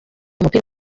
umupira